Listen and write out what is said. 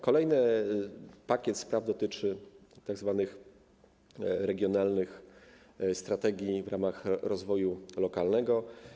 Kolejny pakiet spraw dotyczy tzw. regionalnych strategii w ramach rozwoju lokalnego.